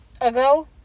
ago